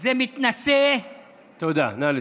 זה מתנשא, תודה, נא לסיים.